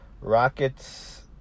Rockets